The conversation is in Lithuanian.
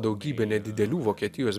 daugybė nedidelių vokietijos